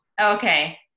Okay